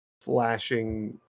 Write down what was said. flashing